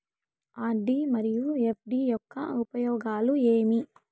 RD మరియు FD యొక్క ఉపయోగాలు ఏమి?